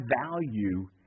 value